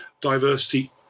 diversity